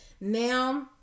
Now